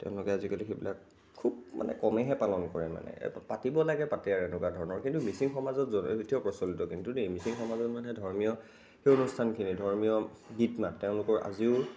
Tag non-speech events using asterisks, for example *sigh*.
তেওঁলোকে আজিকালি সেইবিলাক খুব মানে কমেহে পালন কৰে মানে পাতিব লাগে পাতে আৰু এনেকুৱা ধৰণৰ কিন্তু মিচিং সমাজৰ *unintelligible* এতিয়াও প্ৰচলিত কিন্তু দেই মিচিং সমাজত মানে ধৰ্মীয় সেই অনুস্থানখিনি ধৰ্মীয় গীত মাত তেওঁলোকৰ আজিও